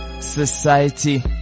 Society